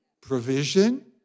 provision